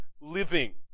living